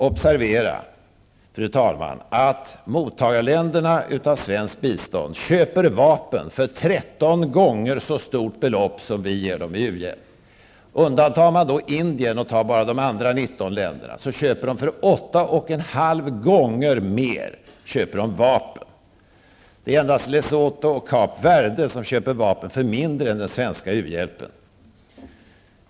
Observera att de länder som mottar svenskt bistånd köper vapen för ett belopp 13 gånger så stort som det belopp vi ger dem i u-hjälp. Om man undantar Indien och bara räknar de andra 19 länderna köper de vapen för ett belopp 8,5 gånger större än den mottagna u-hjälpen. Endast Lesotho och Kap Verde köper vapen för belopp som är mindre än den svenska u-hjälpen.